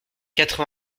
quatre